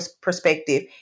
perspective